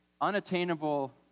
unattainable